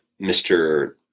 Mr